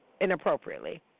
inappropriately